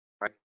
right